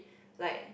like